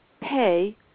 pay